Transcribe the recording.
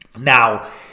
Now